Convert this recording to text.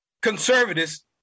conservatives